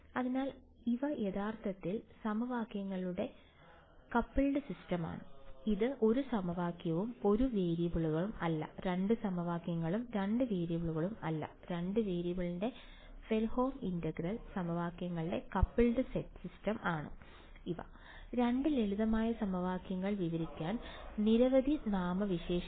അതിനാൽ ഇവ യഥാർത്ഥത്തിൽ സമവാക്യങ്ങളുടെ കപ്പിൾഡ് സിസ്റ്റമാണ് ഇത് 1 സമവാക്യവും 1 വേരിയബളും അല്ല 2 സമവാക്യങ്ങളും 2 വേരിയബിളുകളും അല്ല 2 വേരിയബിളുകളിലെ ഫ്രെഡ്ഹോം ഇന്റഗ്രൽ സമവാക്യങ്ങളുടെ കപ്പിൾഡ് സെറ്റാണ് ഇവ രണ്ട് ലളിതമായ സമവാക്യങ്ങൾ വിവരിക്കാൻ നിരവധി നാമവിശേഷണങ്ങൾ